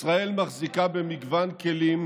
ישראל מחזיקה במגוון כלים,